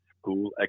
school